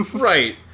Right